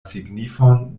signifon